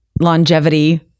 longevity